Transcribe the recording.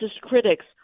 critics